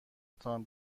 تان